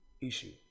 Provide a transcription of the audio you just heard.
issue